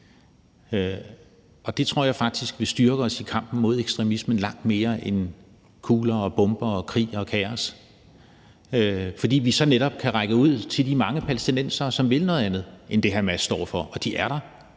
Det tror jeg faktisk vil styrke os i kampen mod ekstremismen, langt mere end kugler, bomber, krig og kaos vil, fordi vi så netop kan række ud til de mange palæstinensere, som vil noget andet end det, Hamas står for, og de er der.